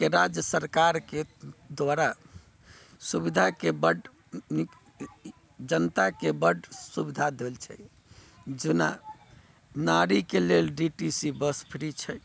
के राज्य सरकारके द्वारा सुविधाके बड़ नीक जनताके बड़ सुविधा देल छै जेना नारीके लेल D T C bus free छै